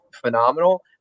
phenomenal